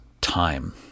time